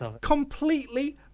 completely